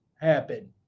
happen